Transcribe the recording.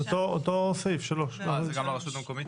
זה אותו סעיף, 3. זה גם לרשות המקומית?